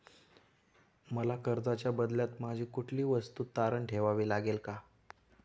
मला कर्जाच्या बदल्यात माझी कुठली वस्तू तारण ठेवावी लागेल का?